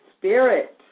Spirit